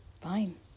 Fine